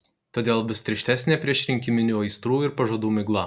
todėl vis tirštesnė priešrinkiminių aistrų ir pažadų migla